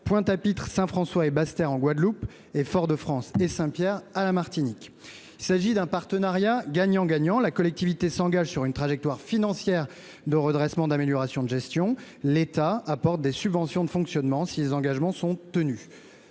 Pointe-à-Pitre, Saint-François et Basse-Terre en Guadeloupe, ainsi que Fort-de-France et Saint-Pierre à la Martinique. Il s'agit d'un partenariat gagnant-gagnant, la collectivité s'engageant sur une trajectoire financière de redressement et d'amélioration de gestion, l'État apportant des subventions de fonctionnement si les engagements sont tenus.